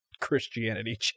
christianity